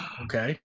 okay